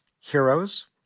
heroes